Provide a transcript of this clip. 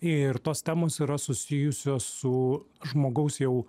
ir tos temos yra susijusios su žmogaus jau